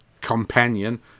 companion